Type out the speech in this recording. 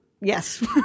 Yes